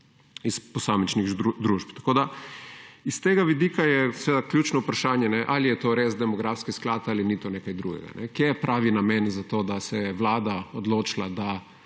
iz posamičnih družb. Tako da, iz tega vidika je seveda ključno vprašanje, ali je to res demografski sklad ali ni to nekaj drugega. Kje je pravi namen za to, d se je Vlada odločila, da